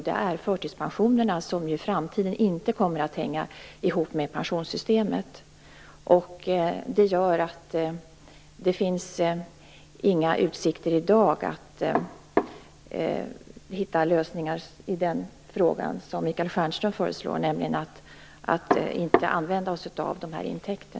Det är förtidspensionerna som inte kommer att hänga ihop med pensionssystemet i framtiden. Det gör att det inte finns några utsikter i dag att hitta lösningar i den riktning som Michael Stjernström föreslår, nämligen att inte använda dessa intäkter.